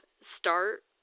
start